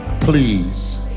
please